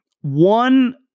One